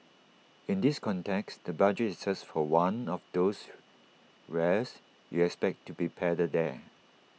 in this context the budget is just for one of those wares you expect to be peddled there